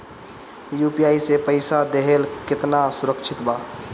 UPI से पईसा देहल केतना सुरक्षित बा?